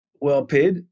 well-paid